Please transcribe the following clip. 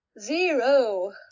Zero